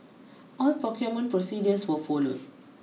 all procurement procedures were followed